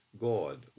God